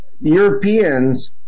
Europeans